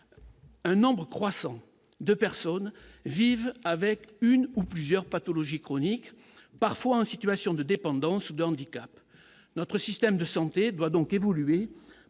un nombre croissant de personnes vivent avec une ou plusieurs pathologies chroniques, parfois en situation de dépendance ou de handicap, notre système de santé doit donc évoluer